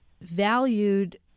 valued